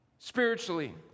Spiritually